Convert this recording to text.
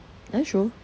are you sure